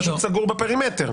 פשוט סגור בפרמטר.